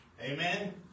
Amen